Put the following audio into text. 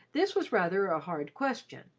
this was rather a hard question.